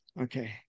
Okay